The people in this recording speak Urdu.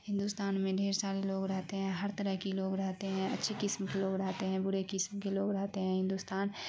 ہندوستان میں ڈھیر سارے لوگ ڑہتے ہیں ہر طرح کی لوگ ڑہتے ہیں اچھی قسم کے لوگ ڑہتے ہیں بڑے قسم کے لوگ رہتے ہیں ہندوستان